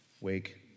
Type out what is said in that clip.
Wake